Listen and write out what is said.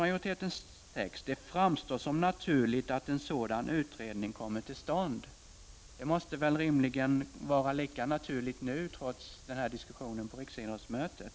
Man säger följande:”Det framstår som naturligt att en sådan utredning kommer till stånd.” Detta måste väl rimligen vara lika naturligt nu, trots den förda diskussionen på riksidrottsmötet?